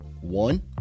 one